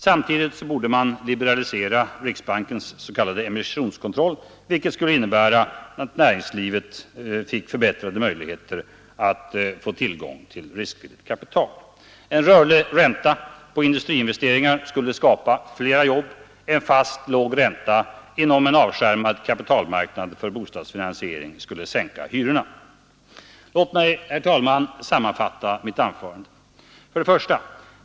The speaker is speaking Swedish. Samtidigt borde man liberalisera riksbankens s.k. emissionskontroll, vilket skulle förbättra näringslivets möjligheter att få tillgång till riskvilligt kapital. En rörligare ränta för industriinvesteringar skulle skapa flera jobb. En fast, låg ränta inom en avskärmad kapitalmarknad för bostadsfinansiering skulle sänka hyrorna. Låt mig, herr talman, sammanfatta mitt anförande: 1.